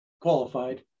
qualified